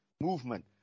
movement